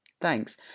thanks